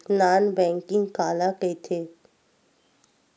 Non banking काला कइथे?